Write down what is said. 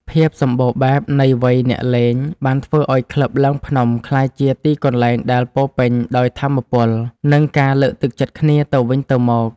ភាពសម្បូរបែបនៃវ័យអ្នកលេង បានធ្វើឱ្យក្លឹបឡើងភ្នំក្លាយជាទីកន្លែងដែលពោរពេញដោយថាមពល និងការលើកទឹកចិត្តគ្នាទៅវិញទៅមក។